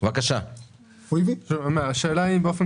לגבי מנגנון